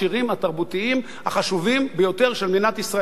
התרבותיים החשובים ביותר של מדינת ישראל.